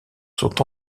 sont